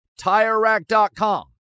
TireRack.com